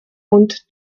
und